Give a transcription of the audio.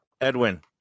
Edwin